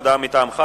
הודעה מטעמך,